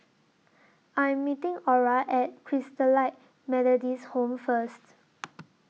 I Am meeting Orah At Christalite Methodist Home First